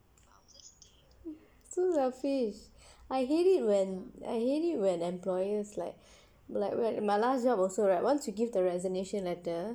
so selfish I hate it when I hate it when employers like like right once you give the resignation letter